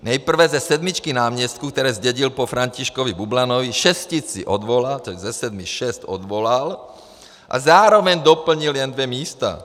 Nejprve ze sedmičky náměstků, které zdědil po Františkovi Bublanovi, šestici odvolal ze sedmi šest odvolal a zároveň doplnil jen dvě místa.